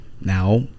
now